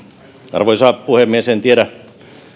arvoisa puhemies en tiedä